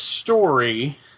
story